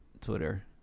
twitter